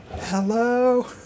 Hello